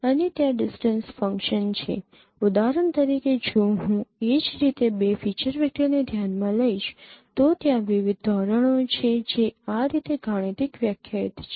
અને ત્યાં distance function છે ઉદાહરણ તરીકે જો હું એ જ રીતે બે ફીચર વેક્ટરને ધ્યાનમાં લઈશ તો ત્યાં વિવિધ ધોરણો છે જે આ રીતે ગાણિતિક વ્યાખ્યાયિત છે